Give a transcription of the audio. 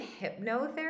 hypnotherapy